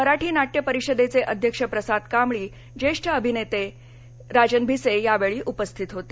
मराठी नाट्य परिषदेचे अध्यक्ष प्रसाद कांबळी ज्येष्ठ अभिनेते राजन भिसे यावेळी उपस्थित होते